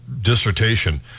dissertation